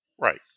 Right